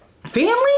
family